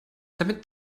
damit